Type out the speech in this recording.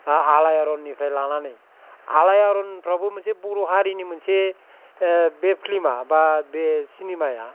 आलायारननिफ्राय लानानै आलायानफ्रावबो मोनसे बर' हारिनि मोनसे बर'' बे फिल्मा बा मा बे सिनेमाया